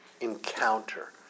encounter